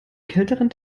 kälteren